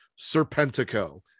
Serpentico